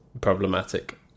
problematic